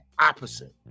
opposite